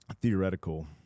theoretical